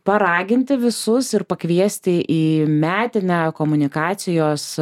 paraginti visus ir pakviesti į metinę komunikacijos